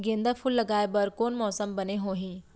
गेंदा फूल लगाए बर कोन मौसम बने होही?